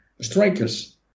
strikers